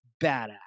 badass